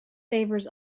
favours